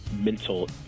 mental